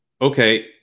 okay